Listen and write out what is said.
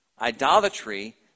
Idolatry